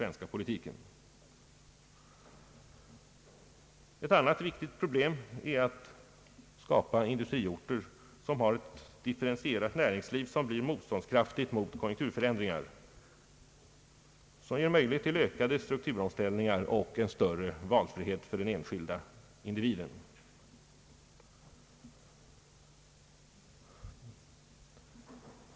Ett annat viktigt problem är att skapa industriorter med ett differentierat näringsliv, som blir motståndskraftigt mot konjunkturförändringar, som ger möjlighet till ökade strukturförändringar och som ger större valfrihet för den enskilde individen.